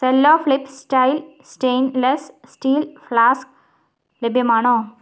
Cello flip style stainless steel flask ലഭ്യമാണോ